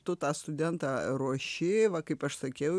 tu tą studentą ruoši va kaip aš sakiau